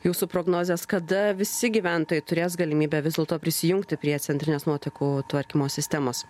jūsų prognozės kada visi gyventojai turės galimybę vis dėlto prisijungti prie centrinės nuotekų tvarkymo sistemos